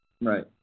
right